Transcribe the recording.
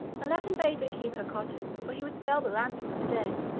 aladdin bade her keep her cotton, for he would sell the lamp instead.